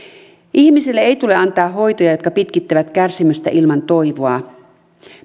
ihmisille ei tule antaa hoitoja jotka pitkittävät kärsimystä ilman toivoa